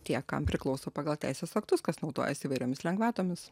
tie kam priklauso pagal teisės aktus kas naudojasi įvairiomis lengvatomis